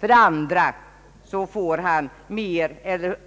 För det andra får han större